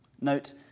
Note